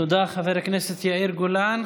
תודה, חבר הכנסת יאיר גולן.